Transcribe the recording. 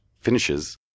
finishes